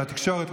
לתקשורת,